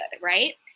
right